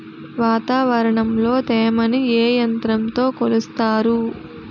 వాతావరణంలో తేమని ఏ యంత్రంతో కొలుస్తారు?